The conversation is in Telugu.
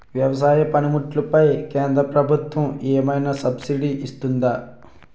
వ్యవసాయ పనిముట్లు పైన కేంద్రప్రభుత్వం ఏమైనా సబ్సిడీ ఇస్తుందా?